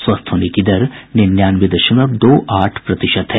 स्वस्थ होने की दर निन्यानवे दशमलव दो आठ प्रतिशत है